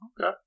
Okay